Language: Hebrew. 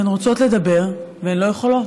והן רוצות לדבר והן לא יכולות,